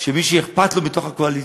מי שאכפת לו מתוך הקואליציה,